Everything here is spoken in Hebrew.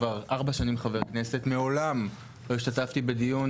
חבר כנסת כבר ארבע שנים מעולם לא השתתפתי בדיון,